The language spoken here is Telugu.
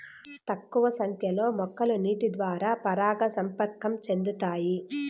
తక్కువ సంఖ్య లో మొక్కలు నీటి ద్వారా పరాగ సంపర్కం చెందుతాయి